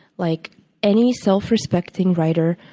like any self-respecting writer,